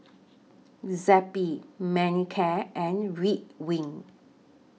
Zappy Manicare and Ridwind